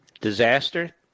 disaster